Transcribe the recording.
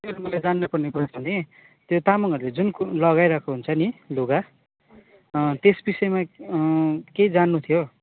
त्यो मलाई जान्नुपर्ने कुरा छ नि त्यो तामङहरूले जुन कु लगाइरहेको हुन्छ नि लुगा त्यस विषयमा केही जान्नु थियो